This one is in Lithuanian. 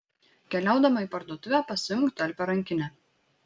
keliaudama į parduotuvę pasiimk talpią rankinę